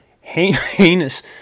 heinous